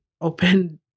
open